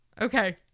Okay